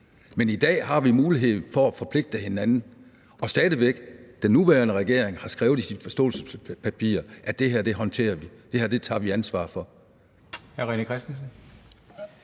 Men i dag har vi muligheden for at forpligte hinanden. Og stadig væk: Den nuværende regering har skrevet i sit forståelsespapir, at det her håndterer vi og det her tager vi ansvar for.